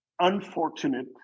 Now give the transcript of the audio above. unfortunate